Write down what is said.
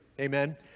Amen